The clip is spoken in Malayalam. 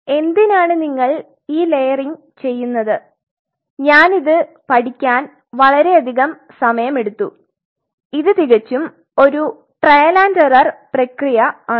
എന്തിനാണ് നിങ്ങൾ ഈ ലേയറിംഗ് ചെയ്യുന്നത് ഞാൻ ഇത് പഠിക്കാൻ വളരെയധികം സമയമെടുത്തു ഇത് തികച്ചും ഒരു ട്രയൽ ആൻഡ് എറർ പ്രക്രിയ ആണ്